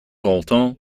autant